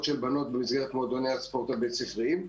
של בנות במסגרת מועדוני הספורט הבית ספריים.